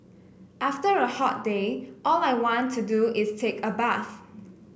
after a hot day all I want to do is take a bath